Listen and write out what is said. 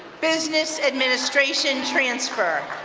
business administration transfer.